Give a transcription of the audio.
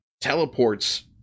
teleports